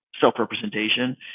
self-representation